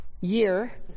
year